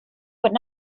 would